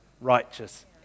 righteous